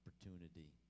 opportunity